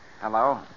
Hello